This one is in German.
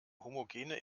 homogene